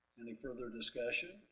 any further discussion?